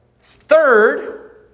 Third